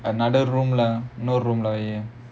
another room lah no room leh வே:vae